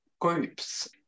groups